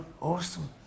awesome